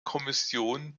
kommission